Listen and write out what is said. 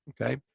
Okay